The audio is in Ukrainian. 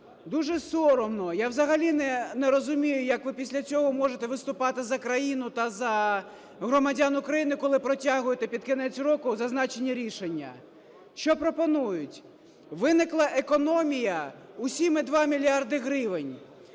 Дуже соромно. Я взагалі не розумію, як ви після цього можете виступати за країну та за громадян України, коли протягуєте під кінець року зазначені рішення. Що пропонують? Виникла економія у 7,2 мільярди